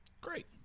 great